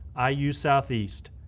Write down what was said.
ah iu southeast,